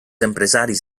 empresaris